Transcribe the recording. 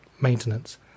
maintenance